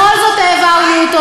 בכל זאת העברנו אותו.